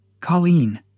Colleen